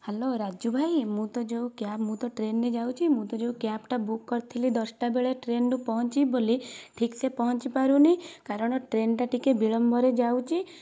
hello Raju ଭାଇ ମୁଁ ତ ଯୋଉ କ୍ୟାବ୍ ମୁଁ ତ ଟ୍ରେନରେ ଯାଉଛି ମୁଁ ତ ଯେଉଁ କ୍ୟାବ୍ଟା ବୁକ୍ କରିଥିଲି ଦଶଟା ବେଳେ ଟ୍ରେନରୁ ପହଞ୍ଚିବି ବୋଲି ଠିକ୍ସେ ପହଞ୍ଚି ପାରୁନି କାରଣ ଟ୍ରେନଟା ଟିକେ ବିଳମ୍ବରେ ଯାଉଛି